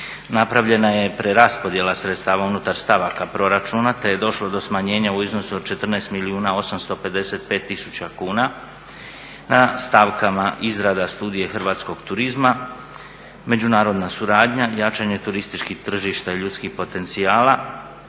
Napravljena je preraspodjela sredstava unutar stavaka proračuna, te je došlo do smanjenja u iznosu od 14 milijuna 855 tisuća kuna na stavkama Izrada studije hrvatskog turizma, međunarodna suradnja, Jačanje turističkih tržišta i ljudskih potencijala,